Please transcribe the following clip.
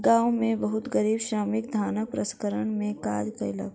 गाम में बहुत गरीब श्रमिक धानक प्रसंस्करण में काज कयलक